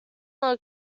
not